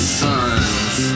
sons